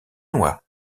noix